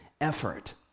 effort